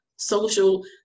social